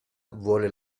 vuole